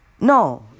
No